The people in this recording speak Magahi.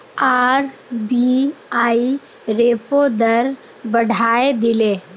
आर.बी.आई रेपो दर बढ़ाए दिले